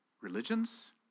religions